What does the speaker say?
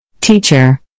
Teacher